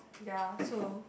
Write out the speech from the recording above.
ya so